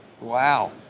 Wow